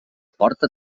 porta